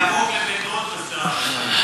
לבן-דוד ושר.